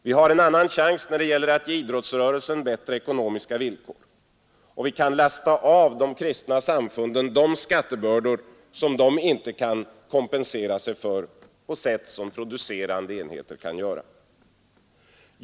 Vi har en annan chans när det gäller att ge idrottsrörelsen bättre ekonomiska villkor. Och vi kan lasta av de kristna samfunden de skattebördor som samfunden inte kan kompensera sig för på sätt som producerande enheter kan göra.